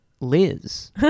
Liz